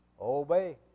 Obey